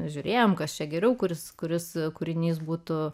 žiūrėjom kas čia geriau kuris kuris kūrinys būtų